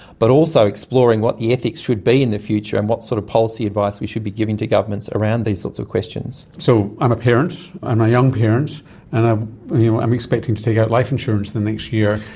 but also exploring what the ethics should be in the future and what sort of policy advice we should be giving to governments around these sorts of questions. so, i'm a parent, i'm a young parent and i'm i'm expecting to take out life insurance in the next year,